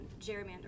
gerrymandering